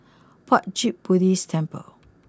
Puat Jit Buddhist Temple